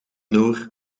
noor